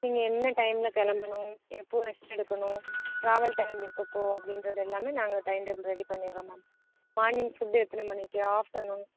நீங்கள் என்ன டைமில் கிளம்பணும் எப்போ ரெஸ்ட் எடுக்கணும் ட்ராவல் டைம் எப்பப்போ அப்படின்றதெல்லாமே நாங்கள் டைம் டேபிள் ரெடி பண்ணிடறோம் மேம் மார்னிங் ஃபுட் எத்தனை மணிக்கு ஆஃப்டர்நூன்